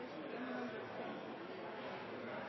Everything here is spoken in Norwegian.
som denne